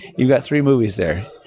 you got three movies there.